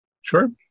Sure